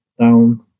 down